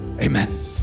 amen